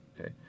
Okay